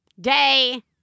day